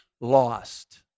lost